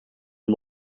and